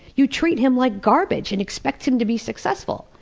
you treat him like garbage and expect him to be successful.